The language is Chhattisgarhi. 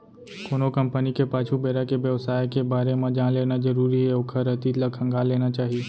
कोनो कंपनी के पाछू बेरा के बेवसाय के बारे म जान लेना जरुरी हे ओखर अतीत ल खंगाल लेना चाही